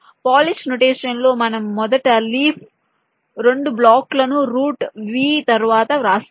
Polish notation లో మనం మొదట లీఫ్ 2 బ్లాకులను రూట్ V తరువాత వ్రాస్తాము